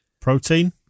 protein